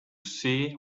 see